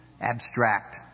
abstract